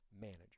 manager